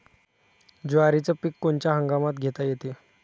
जवारीचं पीक कोनच्या हंगामात घेता येते?